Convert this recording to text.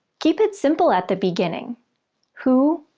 keep it simple at the beginning who,